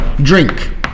drink